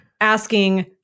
asking